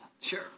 Sure